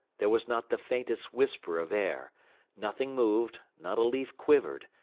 there was not the faintest whisper of air nothing moved, not a leaf quivered,